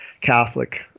Catholic